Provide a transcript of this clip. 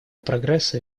прогресса